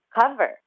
cover